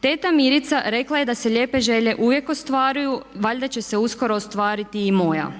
Teta Mirica rekla je da se lijepe želje uvijek ostvaruju. Valjda će se uskoro ostvariti i moja.